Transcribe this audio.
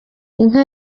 inka